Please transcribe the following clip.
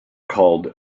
called